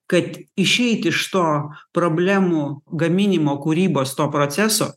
kad išeiti iš to problemų gaminimo kūrybos to proceso